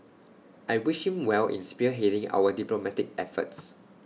I wish him well in spearheading our diplomatic efforts